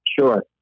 Sure